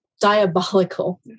diabolical